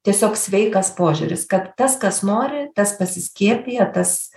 tiesiog sveikas požiūris kad tas kas nori tas pasiskiepija tas